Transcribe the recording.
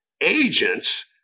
agents